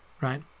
Right